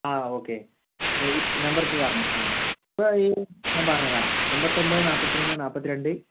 ആ ഓക്കെ ഈ നമ്പറൊന്ന് പറഞ്ഞെ ആ ഇപ്പോൾ ഈ ഞാൻ പറഞ്ഞ് തരാം എമ്പത്തൊമ്പത് നപ്പത്തി മൂന്ന് നപ്പത്തി രണ്ട്